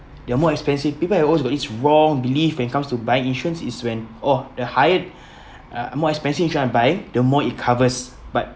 they're more expensive people always got this wrong belief when it comes to buying insurance is when oh the higher uh more expensive insurance I buy the more it covers but